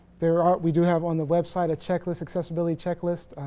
there are we do have on the website a checklist success billy checklist